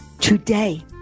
today